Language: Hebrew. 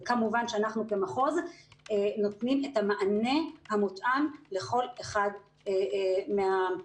כמובן שאנחנו כמחוז נותנים את המענה המותאם לכל אחד מהסגנונות,